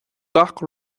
gach